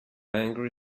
angry